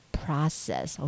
process